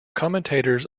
commentators